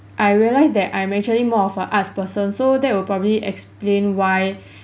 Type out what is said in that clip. I realised that I'm actually more a arts person so that will probably explain why